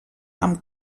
amb